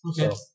Okay